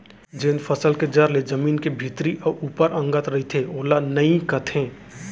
जेन फसल के जर ले जमीन के भीतरी अउ ऊपर अंगत रइथे ओला नइई कथें